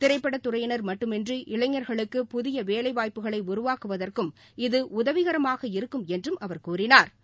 திரைப்படத் துறையினர் மட்டுமன்றி இளைஞர்களுக்கு புதியவேலைவாய்ப்புகளைஉருவாக்குவதற்கும் இது உதவிகரமாக இருக்கும் என்றும் அவர் கூறினர்ா